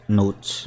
notes